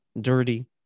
dirty